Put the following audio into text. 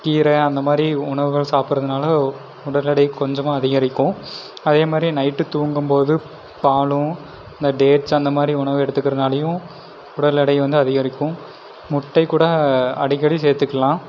கீரை அந்த மாரி உணவுகள் சாப்பிட்றதுனால உடல் இடை கொஞ்சமாக அதிகரிக்கும் அதே மாரி நைட்டு தூங்கும் போது பாலும் இந்த டேட்ஸ் அந்த மாரி உணவு எடுத்துக்குறனாலையும் உடல் இடை வந்து அதிகரிக்கும் முட்டை கூட அடிக்கடி சேர்த்துக்கலாம்